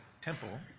temple